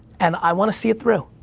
and i wanna see it through.